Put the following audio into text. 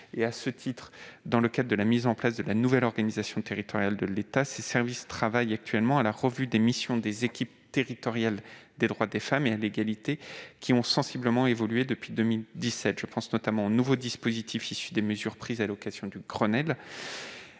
À ce titre, dans le cadre de la mise en place de la nouvelle organisation territoriale de l'État, les services de ma collègue travaillent actuellement à la revue des missions des équipes territoriales des droits des femmes et à l'égalité, qui ont sensiblement évolué depuis 2017. Je pense notamment aux nouveaux dispositifs issus des mesures prises à l'occasion du Grenelle